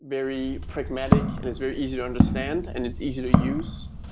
very pragmatic and it's very easy to understand and it's easy to use.